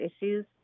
issues